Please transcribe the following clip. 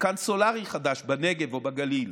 מתקן סולרי חדש בנגב או בגליל,